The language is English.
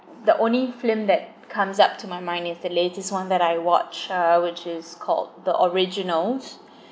the only film that comes up to my mind is the latest one that I watch uh which is called the originals